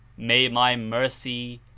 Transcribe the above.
may my mercy,